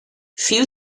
few